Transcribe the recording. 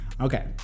Okay